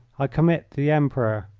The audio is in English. i commit the emperor.